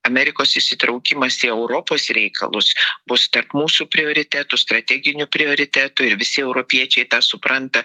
amerikos įsitraukimas į europos reikalus bus tarp mūsų prioritetų strateginių prioritetų ir visi europiečiai tą supranta